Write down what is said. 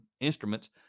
instruments